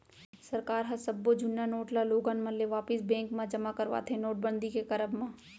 सरकार ह सब्बो जुन्ना नोट ल लोगन मन ले वापिस बेंक म जमा करवाथे नोटबंदी के करब म